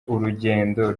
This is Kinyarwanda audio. urugendo